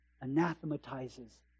anathematizes